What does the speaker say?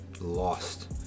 lost